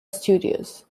studios